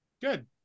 Good